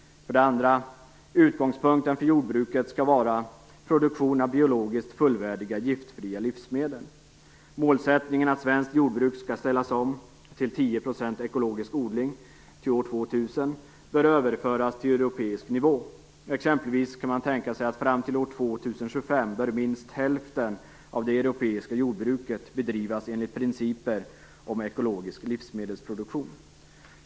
2. Utgångspunkten för jordbruket skall vara produktion av biologiskt fullvärdiga, giftfria livsmedel. Målsättningen att svenskt jordbruk skall ställas om till 10 % ekologisk odling till år 2000 bör överföras till europeisk nivå. Man kan exempelvis tänka sig att fram till år 2025 bör minst hälften av det europeiska jordbruket bedrivas enligt principer om ekologisk livsmedelsproduktion.